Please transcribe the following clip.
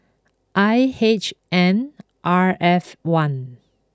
I H N R F one